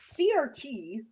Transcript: crt